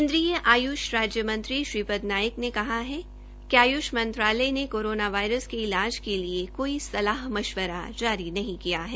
केन्द्रीय आय्ष राज्य मंत्री श्रीपद नाइक ने कहा है कि आय्ष मंत्रालय ने कोरोना वायरस के इलाज के लिए कोई सलाह मशवरा जारी नहीं किया है